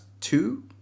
two